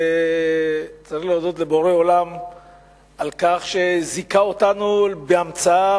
וצריך להודות לבורא עולם על כך שזיכה אותנו בהמצאה